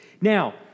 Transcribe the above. Now